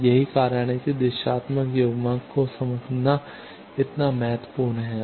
तो यही कारण है कि दिशात्मक युग्मक को समझना इतना महत्वपूर्ण है